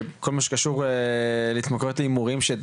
בכל מה שקשור להתמכרויות להימורים,